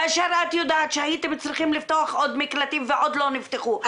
כאשר את יודעת שהייתם צריכים לפתוח עוד מקלטים ולא נפתחו,